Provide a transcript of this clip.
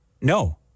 no